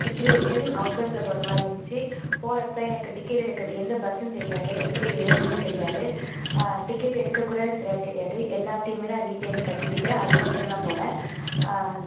situation out பஸ்ஸில் போகிற மாதிரி இருந்துச்சு போகிறப்ப எனக்கு டிக்கெட் எடுக்க எந்த பஸ்ஸுன்னு தெரியாது எப்படி ஏறணும்னு தெரியாது டிக்கெட் எடுக்கக்கூட சரியா தெரியாது எல்லாத்தேயுமே நான் வீட்லேருந்து கற்றுக்கிட்டேன் அதுக்கப்புறம் தான் போனேன்